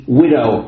widow